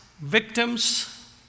victims